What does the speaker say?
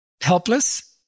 helpless